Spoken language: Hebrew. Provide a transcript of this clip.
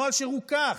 נוהל שרוכך.